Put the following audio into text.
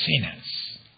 sinners